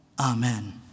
Amen